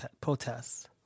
protests